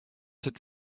cette